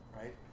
right